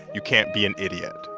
you can't be an idiot.